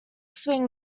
swing